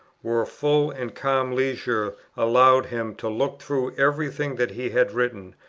were full and calm leisure allowed him to look through every thing that he had written,